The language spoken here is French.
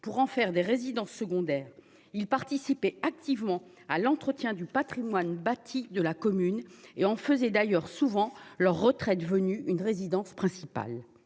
pour en faire des résidences secondaires il participait activement à l'entretien du Patrimoine bâti de la commune et en faisait d'ailleurs souvent leur retraite venu une résidence principale.